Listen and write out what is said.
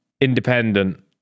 independent